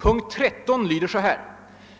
Punkt 13 lyder: